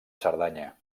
cerdanya